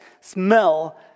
smell